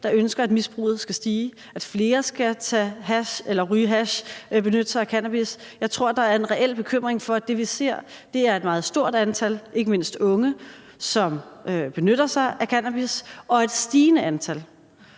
der ønsker, at misbruget skal stige, eller at flere skal ryge hash og benytte sig af cannabis. Jeg tror, at der er en reel bekymring for, at det, vi ser, er et meget stort antal, ikke mindst unge, som benytter sig af cannabis, og at det er et stigende antal.